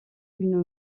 une